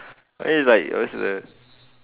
he is like always is the